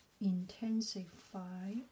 intensify